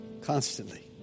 Constantly